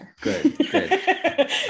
Good